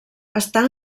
està